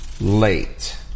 late